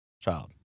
child